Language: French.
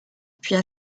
puis